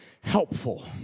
Helpful